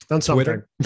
Twitter